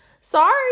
Sorry